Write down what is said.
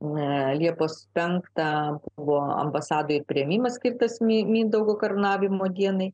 liepos penktą buvo ambasadoj priėmimas skirtas mindaugo karūnavimo dienai